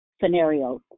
scenarios